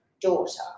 daughter